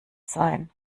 sein